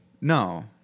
No